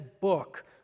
book